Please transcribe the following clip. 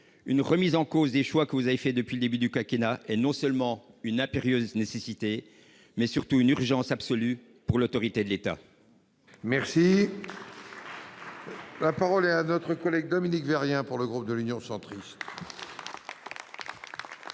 une remise en cause des choix opérés depuis le début du quinquennat est non seulement une impérieuse nécessité, mais surtout une urgence absolue pour l'autorité de l'État. La parole est à Mme Dominique Vérien, pour le groupe Union Centriste.